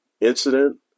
incident